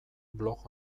blog